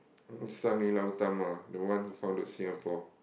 uh Sang Nila Utama the one who founded Singapore